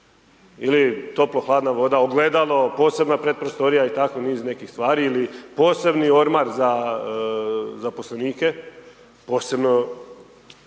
ili toplo-hladna voda, ogledalo, posebna predprostorija i tako niz nekih stvari, ili posebni ormar za zaposlenike, posebno